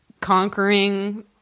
conquering